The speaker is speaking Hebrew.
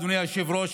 אדוני היושב-ראש,